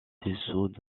dessous